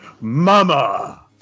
Mama